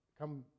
come